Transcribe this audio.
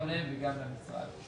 גם להם וגם למשרד.